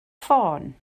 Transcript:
ffôn